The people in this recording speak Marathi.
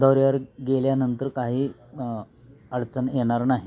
दौऱ्यावर गेल्यानंतर काही अडचण येणार नाही